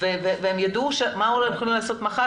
והן ידעו מה הן יכולות לעשות מחר.